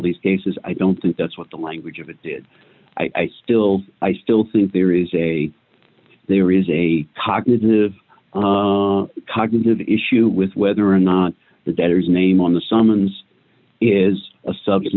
these cases i don't think that's what the language of the did i still i still think there is a there is a cognitive cognitive issue with whether or not the debtor's name on the summons is a sub